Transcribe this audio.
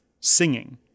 Singing